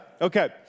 Okay